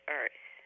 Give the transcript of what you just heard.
earth